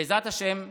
בעזרת השם,